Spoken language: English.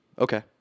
Okay